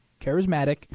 charismatic